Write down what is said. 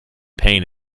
pain